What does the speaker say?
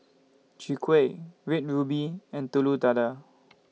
Chwee Kueh Red Ruby and Telur Dadah